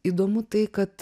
įdomu tai kad